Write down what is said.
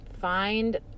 find